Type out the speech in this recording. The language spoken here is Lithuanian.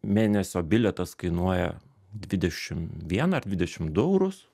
mėnesio bilietas kainuoja dvidešim vieną ar dvidešim du eurus